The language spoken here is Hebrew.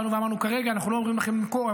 באנו ואמרנו: כרגע אנחנו לא אומרים לכם למכור,